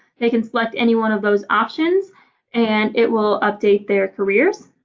they can select any one of those options and it will update their careers